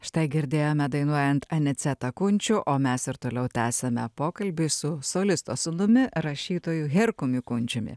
štai girdėjome dainuojant anicetą kunčių o mes ir toliau tęsiame pokalbį su solisto sūnumi rašytoju herkumi kunčiumi